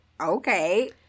okay